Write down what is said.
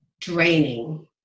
draining